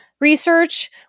research